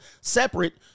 Separate